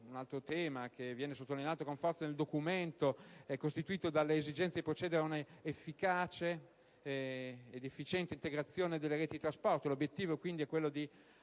successivo che viene sottolineato con forza nel documento è costituito dall'esigenza di procedere ad un'efficace ed efficiente integrazione delle reti di trasporto. L'obiettivo è quello di